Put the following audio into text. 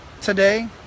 today